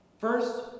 First